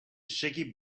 shaky